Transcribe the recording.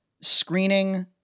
screening